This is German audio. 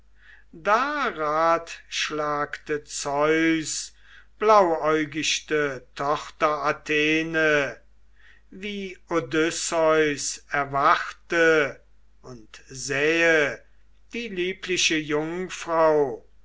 da ratschlagete zeus blauäugichte tochter athene wie odysseus erwachte und sähe die liebliche jungfrau